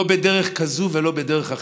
לא בדרך כזו ולא בדרך אחרת.